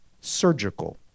surgical